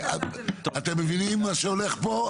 אתם מבינים מה שהולך פה?